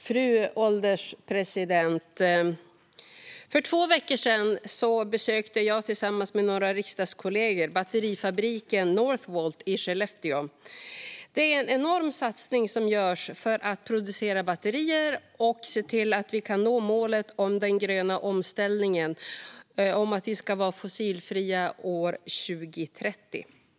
Fru ålderspresident! För två veckor sedan besökte jag tillsammans med några riksdagskollegor batterifabriken Northvolt i Skellefteå. Det är en enorm satsning som görs för att producera batterier och se till att vi kan nå målet om den gröna omställningen som innebär att vi ska vara fossilfria 2030.